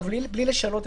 עו"ד אייל נייגר,